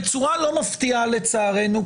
בצורה לא מפתיעה לצערנו,